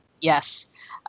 Yes